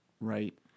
Right